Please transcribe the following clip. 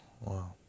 Wow